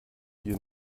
hier